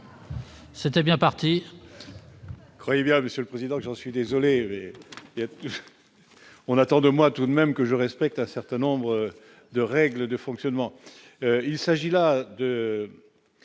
C'était bien parti.